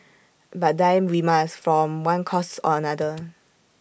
but die we must from one cause or another